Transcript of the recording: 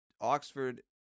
Oxford